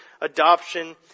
adoption